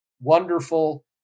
wonderful